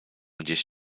gdzieś